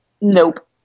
Nope